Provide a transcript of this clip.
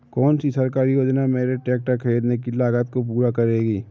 कौन सी सरकारी योजना मेरे ट्रैक्टर ख़रीदने की लागत को पूरा करेगी?